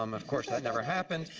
um of course, that never happened.